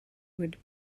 would